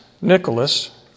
Nicholas